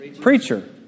preacher